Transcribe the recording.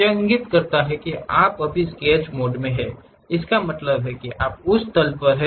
यह इंगित करता है कि आप स्केच मोड में हैं इसका मतलब है आप उस तल पर हैं